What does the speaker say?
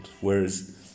Whereas